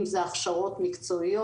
אם זה הכשרות מקצועיות.